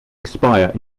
expire